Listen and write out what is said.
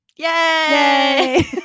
Yay